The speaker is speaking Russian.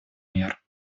мер